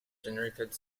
generated